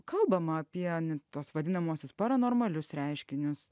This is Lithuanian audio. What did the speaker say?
kalbama apie tuos vadinamuosius paranormalius reiškinius